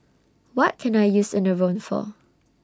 What Can I use Enervon For